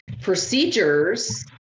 procedures